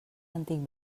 antic